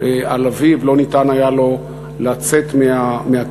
על אביו לא ניתן לו לצאת מהכלא,